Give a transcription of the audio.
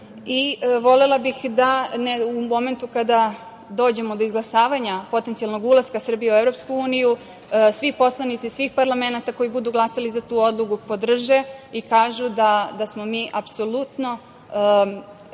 kulture. Volela bih da u momentu kada dođemo do izglasavanja potencijalnog ulaska Srbije u EU svi poslanici svih parlamenta koji budu glasali za tu odluku podrže i kažu da smo apsolutni